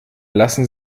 lassen